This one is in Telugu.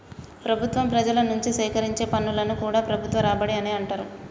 ప్రభుత్వం ప్రజల నుంచి సేకరించే పన్నులను కూడా ప్రభుత్వ రాబడి అనే అంటరు